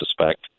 suspect